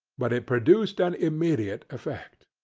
but it produced an immediate effect.